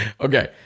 Okay